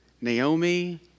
Naomi